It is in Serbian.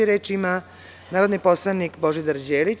Reč ima narodni poslanik Božidar Đelić.